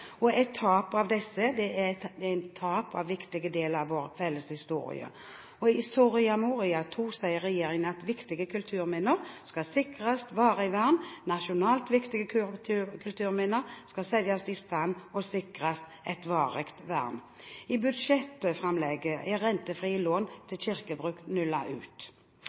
og et tap av disse er et tap av en viktig del av vår felles historie. I Soria Moria II sier regjeringen at viktige kulturminner skal sikres varig vern: «Nasjonalt viktige kulturminner skal settes i stand og sikres et varig vern.» I budsjettframlegget er rentefrie lån til kirkebruk nullet ut.